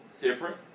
different